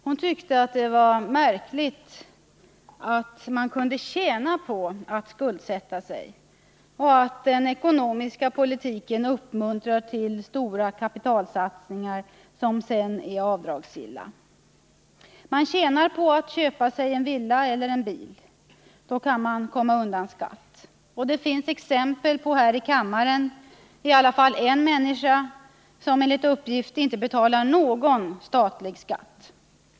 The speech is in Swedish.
Hon tyckte det var märkligt att man kunde tjäna på att skuldsätta sig och att den ekonomiska politiken uppmuntrar till stora kapitalsatsningar, som sedan är avdragsgilla. Man tjänar på att köpa sig en villa eller en bil. Då kan man komma undan skatt. Här i kammaren finns i alla fall en person som enligt uppgift inte betalar någon statlig skatt.